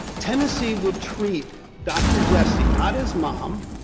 tennessee would treat dr. jesty not as mom,